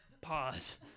pause